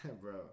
Bro